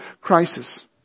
crisis